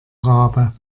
rabe